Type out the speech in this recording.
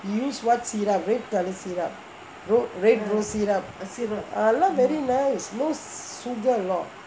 use what syrup red colour syrup red rose syrup எல்லாம்:ellaam very nice no sugar a lot